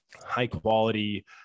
high-quality